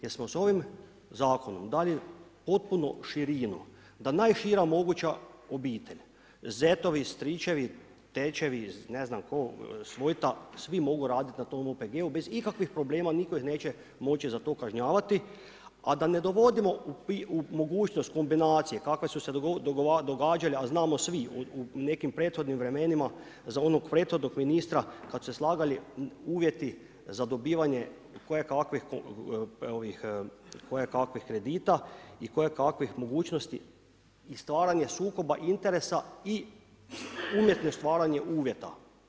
Jer smo sa ovim zakonom dali potpunu širinu da najšira moguća obitelj zetovi, stričevi, tečevi, ne znam tko, svojta, svi mogu raditi na tom OPG-u bez ikakvih problema, nitko ih neće moći za to kažnjavati a da ne dovodimo u mogućnost kombinacije kakve su se događale, a znamo svi u nekim prethodnim vremenima za onog prethodnog ministra kad su se slagali uvjeti za dobivanje kojekakvih kredita i kojekakvih mogućnosti i stvaranje sukoba interesa i umjetno stvaranje uvjeta.